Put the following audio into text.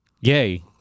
Yay